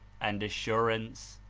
and assurance,